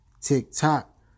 Tick-tock